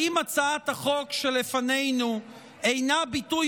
האם הצעת החוק שלפנינו אינה ביטוי